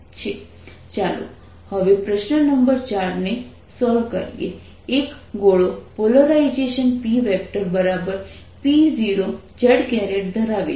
Ez1Ez2 ચાલો હવે પ્રશ્ન નંબર 4 ને સોલ્વ કરીએ એક ગોળો પોલરાઇઝેશન PP0 z ધરાવે છે